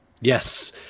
yes